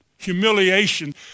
humiliation